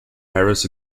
harris